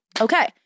Okay